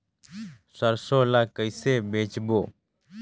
सरसो ला कइसे बेचबो?